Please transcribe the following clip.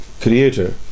creator